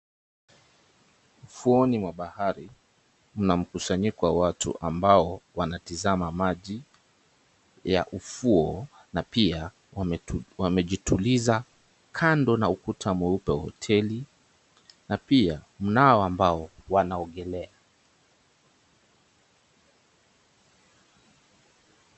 Ufuoni mwa bahari mna mkusanyiko wa watu amabao wanatizama maji ya ufuo na pia wamejituliza kando na ukuta mweupe wa hoteli na pia mnao ambao wanaogelea.